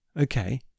okay